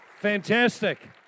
Fantastic